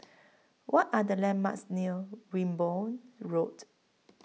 What Are The landmarks near Wimborne Road